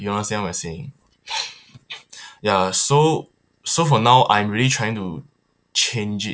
you understand what I'm saying ya so so for now I'm really trying to change it